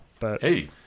Hey